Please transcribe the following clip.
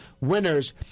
winners